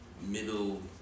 middle